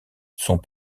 sont